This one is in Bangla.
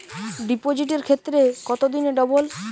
ডিপোজিটের ক্ষেত্রে কত দিনে ডবল?